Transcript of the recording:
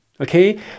Okay